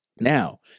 Now